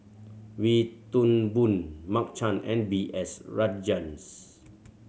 Wee Toon Boon Mark Chan and B S Rajhans